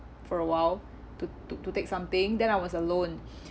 for a while to to to take something then I was alone